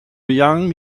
yang